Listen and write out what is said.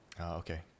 Okay